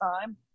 time